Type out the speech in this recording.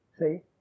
See